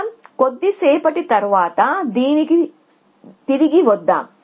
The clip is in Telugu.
మనం కొద్దిసేపటి తరువాత దీనికి తిరిగి వద్దాం